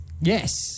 Yes